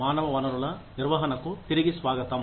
మానవ వనరుల నిర్వహణకు తిరిగి స్వాగతం